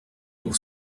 pour